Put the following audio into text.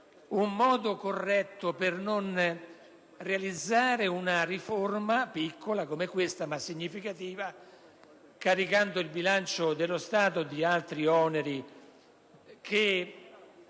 un modo corretto per non realizzare una riforma piccola come questa, ma significativa caricando il bilancio dello Stato di altri oneri che,